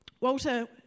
Walter